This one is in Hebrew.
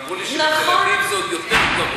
ואמרו לי שבתל-אביב זה עוד יותר גרוע.